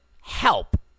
help